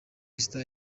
stars